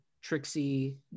trixie